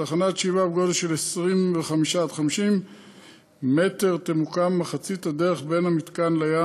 תחנת שאיבה בגודל 25 50 מטר תמוקם במחצית הדרך בין המתקן לים,